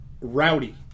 rowdy